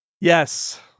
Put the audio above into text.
Yes